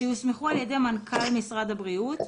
שיוסמכו על ידי מנכ"ל משרד הבריאות,